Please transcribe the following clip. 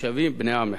נחשבים בני עם אחד.